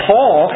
Paul